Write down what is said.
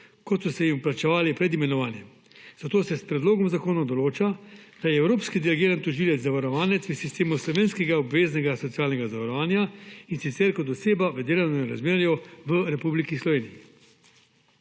kot so se jim vplačevali pred imenovanjem. Zato se s predlogom zakona določa, da je evropski delegirani tožilec zavarovanec v sistemu slovenskega obveznega socialnega zavarovanja, in sicer kot oseba v delovnem razmerju v Republiki Sloveniji.